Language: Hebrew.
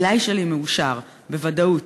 עילי שלי מאושר, בוודאות.